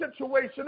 situation